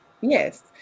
Yes